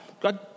God